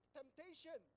temptation